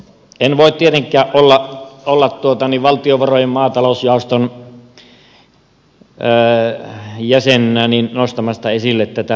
en voi tietenkään olla valtionvarojen maatalousjaoston jäsenenä nostamatta esille tätä petoaihetta